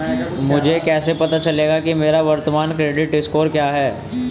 मुझे कैसे पता चलेगा कि मेरा वर्तमान क्रेडिट स्कोर क्या है?